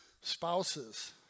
spouses